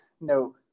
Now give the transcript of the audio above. no